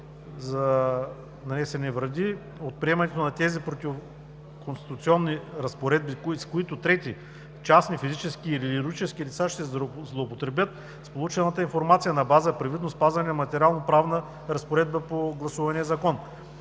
за нанесени вреди от приемането на тези противоконституционни разпоредби, с които трети частни физически или юридически лица ще злоупотребят с получената информация на база привидно спазване на материалноправна разпоредба по гласувания Закон.